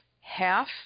half